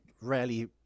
rarely